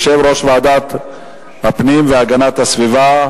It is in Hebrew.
יושב-ראש ועדת הפנים והגנת הסביבה,